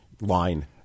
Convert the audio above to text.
line